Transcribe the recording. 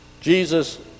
Jesus